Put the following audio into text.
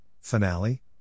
Finale